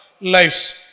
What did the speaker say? lives